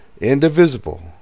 indivisible